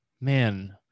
man